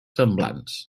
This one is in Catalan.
semblants